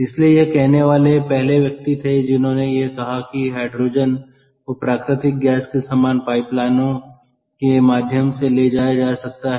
इसलिए यह कहने वाले पहले व्यक्ति थे जिन्होंने यह कहा कि हाइड्रोजन को प्राकृतिक गैस के समान पाइपलाइनों के माध्यम से ले जाया जा सकता है